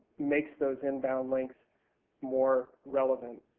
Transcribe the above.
makes those inbound links more relevant.